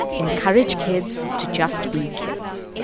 encourage kids to just be kids